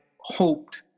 hoped